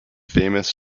famous